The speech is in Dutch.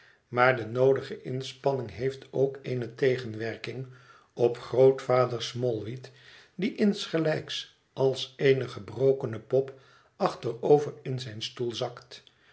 maar de noodige inspanning heeft ook eene terugwerking op grootvader smallweed die insgelijks als eene gebrokene pop achterover in zijn stoel zakt